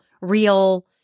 real